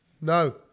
No